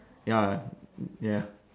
ya ya